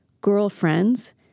girlfriends